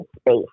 space